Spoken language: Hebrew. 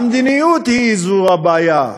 המדיניות היא הבעיה.